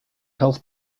health